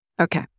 Okay